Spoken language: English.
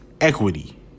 Equity